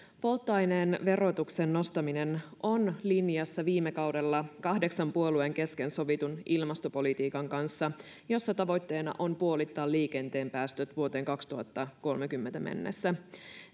polttoaineen verotuksen nostaminen on linjassa viime kaudella kahdeksan puolueen kesken sovitun ilmastopolitiikan kanssa jossa tavoitteena on puolittaa liikenteen päästöt vuoteen kaksituhattakolmekymmentä mennessä